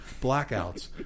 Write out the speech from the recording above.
Blackouts